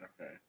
Okay